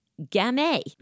Gamay